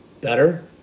Better